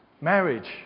Marriage